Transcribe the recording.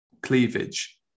cleavage